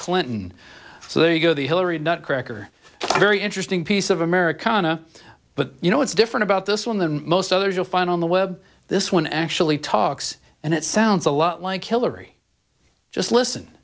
clinton so there you go the hillary cracker very interesting piece of americana but you know what's different about this one than most others you'll find on the web this one actually talks and it sounds a lot like hillary just listen